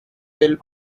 telle